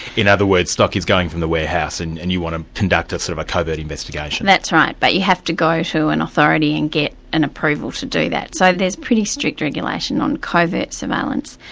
in other words, stock is going from the warehouse and and you want to conduct a sort of covert investigation? that's right. but you have to go ah to an authority and get an approval to do that. so there's pretty strict regulation on covert surveillance.